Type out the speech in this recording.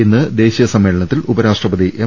ഇന്ന് ദേശീയ സമ്മേളനത്തിൽ ഉപ രാഷ്ട്രപതി എം